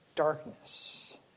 darkness